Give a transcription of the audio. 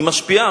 היא משפיעה.